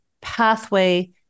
pathway